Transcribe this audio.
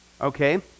Okay